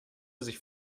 sich